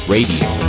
Radio